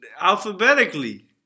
alphabetically